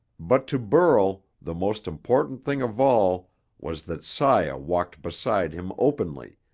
but to burl the most important thing of all was that saya walked beside him openly,